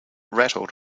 rattled